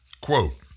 Quote